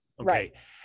Right